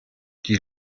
die